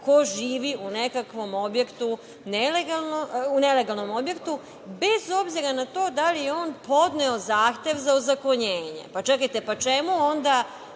ko živi u nekakvom objektu, nelegalnom objektu, bez obzira na to da li je on podneo zahtev za ozakonjenje. Pa, čekajte, pa čemu onda